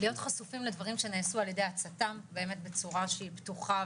להיות חשופים לדברים שנעשו על-ידי הצט"ם בצורה שפתוחה